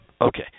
okay